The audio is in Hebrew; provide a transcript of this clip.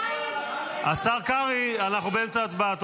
השר קרעי, אנחנו באמצע ההצבעה.